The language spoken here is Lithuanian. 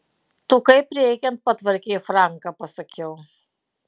tu kaip reikiant patvarkei franką pasakiau